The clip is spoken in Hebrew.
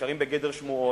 לפעמים בגדר שמועות,